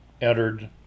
entered